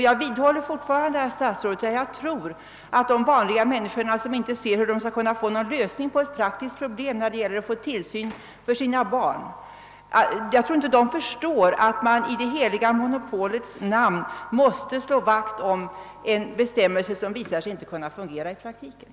Jag vidhåller fortfarande, herr statsråd, att de vanliga människor som inte ser någon lösning på det praktiska problemet att få tillsyn för sina barn inte förstår att man i det heliga monopolets namn måste slå vakt om en bestämmelse, som vwvisar sig inte kunna fungera i praktiken.